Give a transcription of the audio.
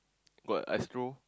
what astro